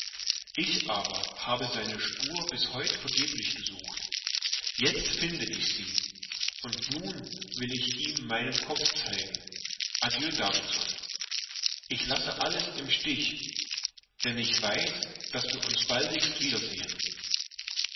ich aber habe seine spur bis heut vergeblich gesucht jetzt finde ich sie und nun will ich ihm meinen kopf zeigen adieu davidson ich lasse alles im stich denn ich weiß daß wir uns baldigst wiedersehen